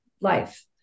life